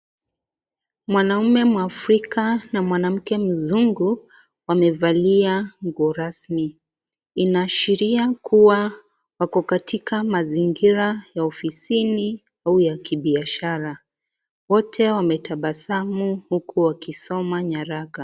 Mwanaume mwafrika na mwanamke mzungu wamevalia nguo rasmi, inaashiria kuwa wako katika mazingira ya ofisini au ya kibiashara, wote wametabasamu huku wakisoma nyaraka.